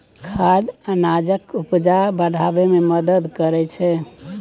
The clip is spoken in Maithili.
खाद अनाजक उपजा बढ़ाबै मे मदद करय छै